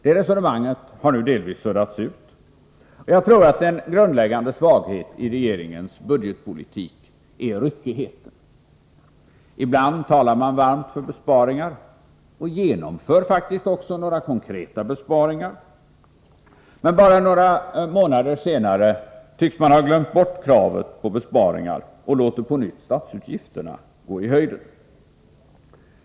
Det resonemanget har nu delvis suddats ut, och jag tror att en grundläggande svaghet i regeringens budgetpolitik är ryckigheten. Ibland talar man varmt för besparingar och genomför faktiskt också några konkreta sådana, men bara några månader senare tycks man ha glömt bort kravet på besparingar och låter statsutgifterna på nytt stiga i höjden.